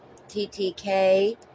TTK